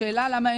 לפני כן